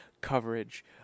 coverage